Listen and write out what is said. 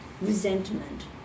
resentment